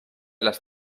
las